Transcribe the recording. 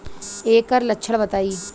एकर लक्षण बताई?